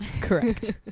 Correct